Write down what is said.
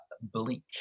bleak